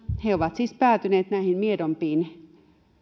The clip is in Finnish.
he ovat siis päätyneet näihin miedompiin